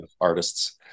artists